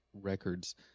records